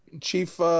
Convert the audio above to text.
Chief